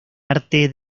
arte